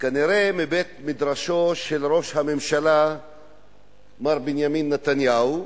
כנראה בבית-מדרשו של ראש הממשלה מר בנימין נתניהו,